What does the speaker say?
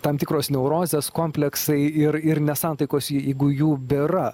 tam tikros neurozės kompleksai ir ir nesantaikos jeigu jų bėra